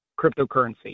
cryptocurrency